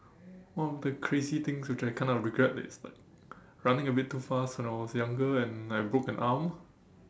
one of the crazy things which I kind of regret that is like running a bit too fast when I was younger and I broke an arm